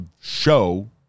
show